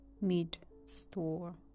mid-store